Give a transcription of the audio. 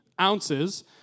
ounces